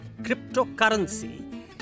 cryptocurrency